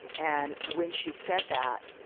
and when she said that,